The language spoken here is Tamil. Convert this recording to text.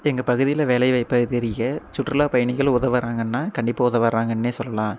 எங்கள் பகுதியில வேலை வாய்ப்பு அதிகரிக்க சுற்றுலா பயணிகள் உதவறாங்கன்னா கண்டிப்பாக உதவறாங்கன்னே சொல்லலாம்